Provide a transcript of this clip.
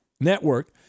Network